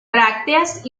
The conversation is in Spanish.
brácteas